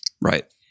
Right